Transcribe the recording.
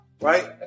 right